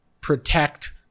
protect